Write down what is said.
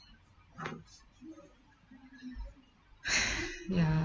ya